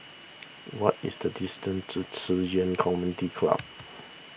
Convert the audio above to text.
what is the distance to Ci Yuan Community Club